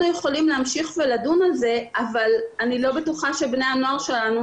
יכולים להמשיך ולדון על זה אבל אני לא בטוחה שבני הנוער שלנו